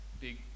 big